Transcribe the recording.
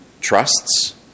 trusts